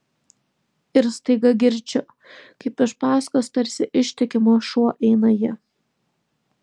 ir staiga girdžiu kaip iš paskos tarsi ištikimas šuo eina ji